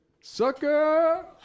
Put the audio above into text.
Sucker